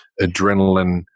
adrenaline